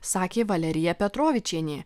sakė valerija petrovičienė